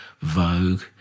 Vogue